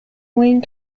wayne